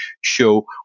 show